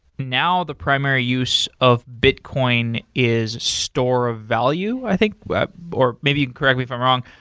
now, the primary use of bitcoin is store of value, i think, or maybe you can correct me if i'm wrong.